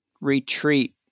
retreat